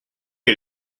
est